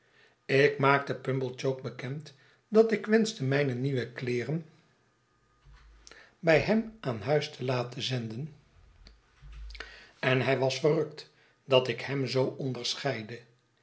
ik maakte pumblechook bekend dat ik wenschte mijne nieuwe kleeren bij hem aan gboote verwachtingen huis te laten zenden en hg was verrukt dat ik hem zoo onderscheidde